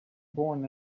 born